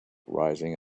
rising